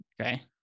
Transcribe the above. Okay